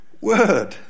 word